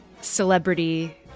celebrity